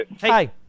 Hi